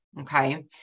Okay